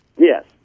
Yes